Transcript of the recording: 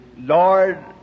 Lord